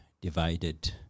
divided